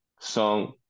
song